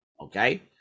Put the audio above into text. okay